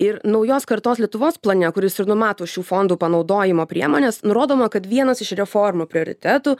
ir naujos kartos lietuvos plane kuris ir numato šių fondų panaudojimo priemones nurodoma kad vienas iš reformų prioritetų